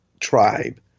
tribe